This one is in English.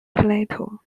plato